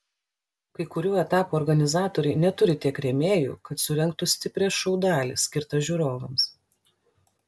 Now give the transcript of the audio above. kai kurių etapų organizatoriai neturi tiek rėmėjų kad surengtų stiprią šou dalį skirtą žiūrovams